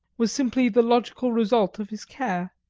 was simply the logical result of his care.